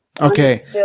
Okay